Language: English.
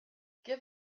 give